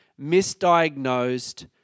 misdiagnosed